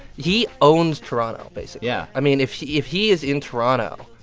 he owns toronto, basically yeah i mean, if if he is in toronto,